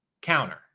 counter